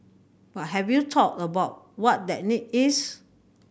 but have you thought about what that need is